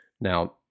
Now